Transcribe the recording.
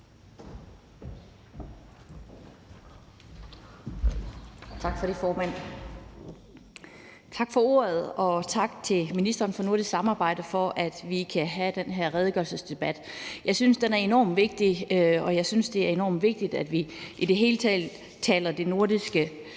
Tak for det, formand.